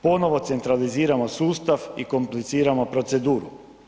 Ponovo centraliziramo sustav i kompliciramo proceduru.